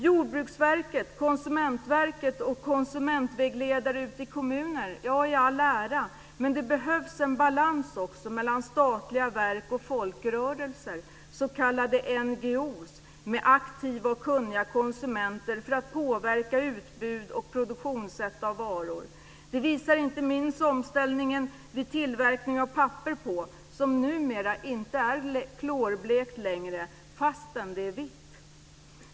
Jordbruksverket, Konsumentverket och konsumentvägledare ute i kommunerna i all ära, men det behövs också en balans mellan statliga verk och folkrörelser, s.k. NGO:er, med aktiva och kunniga konsumenter för att påverka utbud av och produktionssätt för varor. Det visar inte minst omställningen vid tillverkningen av papper. Numera är papper inte klorblekt längre fastän det är vitt.